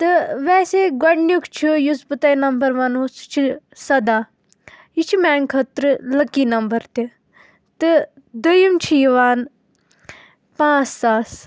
تہٕ ویسے گۄڈنیُک چھُ یُس بہٕ تۄہہِ نمبر ونہو سُہ چھُ سدا یہِ چھُ میانہِ خٲطرٕ لکی نمبر تہِ تہٕ دۄیم چھِ یِوان پانٛژھ ساس